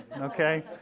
okay